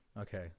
Okay